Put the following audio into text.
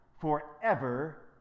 forever